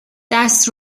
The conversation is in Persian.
دست